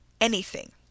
anything